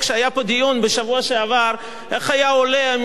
איך היה עולה המשנה לראש הממשלה דאז,